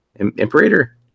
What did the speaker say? Imperator